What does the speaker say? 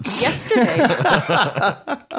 yesterday